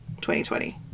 2020